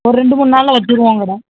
ஒரு ரெண்டு மூணு நாள் வச்சுருவோம் கடை